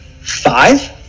five